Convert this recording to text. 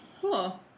Cool